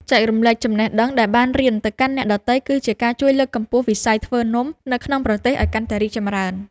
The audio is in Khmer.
ចែករំលែកចំណេះដឹងដែលបានរៀនទៅកាន់អ្នកដទៃ គឺជាការជួយលើកកម្ពស់វិស័យធ្វើនំនៅក្នុងប្រទេសឱ្យកាន់តែរីកចម្រើន។